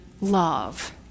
love